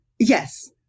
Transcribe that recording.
Yes